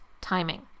timing